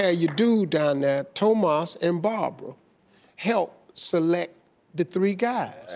ah you do done that, tomas and barbara help select the three guys,